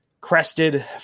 crested